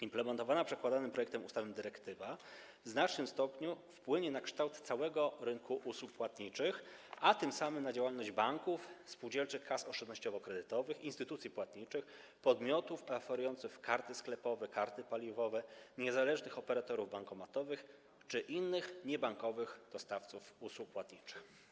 Implementowana przedkładanym projektem ustawy dyrektywa w znacznym stopniu wpłynie na kształt całego rynku usług płatniczych, a tym samym na działalność banków, spółdzielczych kas oszczędnościowo-kredytowych, instytucji płatniczych, podmiotów oferujących karty sklepowe, karty paliwowe, niezależnych operatorów bankomatów czy innych niebankowych dostawców usług płatniczych.